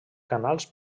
canals